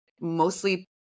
mostly